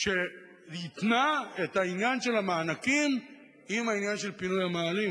שהתנה את עניין המענקים בעניין של פינוי המאהלים?